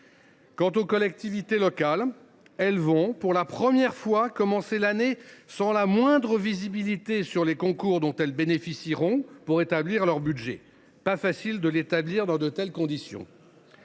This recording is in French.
Quant aux collectivités locales, elles vont – pour la première fois – commencer l’année sans la moindre visibilité sur les concours dont elles bénéficieront pour mettre en place leur budget. Il ne sera pas facile de l’établir dans ces conditions